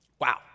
Wow